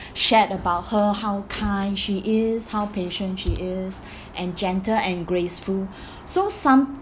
shared about her how kind she is how patient she is and gentle and graceful so some